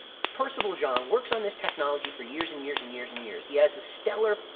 percival zhang works on this technology for years and years and years and years. he has a stellar,